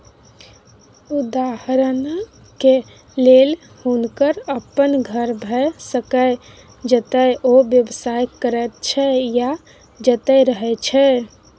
उदहारणक लेल हुनकर अपन घर भए सकैए जतय ओ व्यवसाय करैत छै या जतय रहय छै